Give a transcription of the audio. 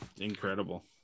Incredible